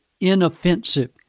inoffensive